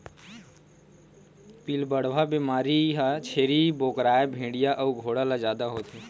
पिलबढ़वा बेमारी ह छेरी बोकराए भेड़िया अउ घोड़ा ल जादा होथे